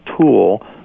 tool